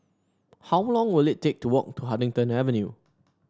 how long will it take to walk to Huddington Avenue